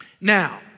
Now